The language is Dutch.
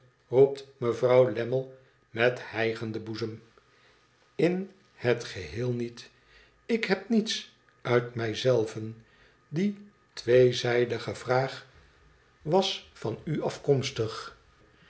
roept mevrouw lammie met hijgenden boezem in het geheel niet ik heb niets uit mij zelven die tweezijdige vraag was van u afkomstig